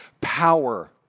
power